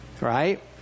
right